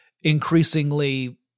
increasingly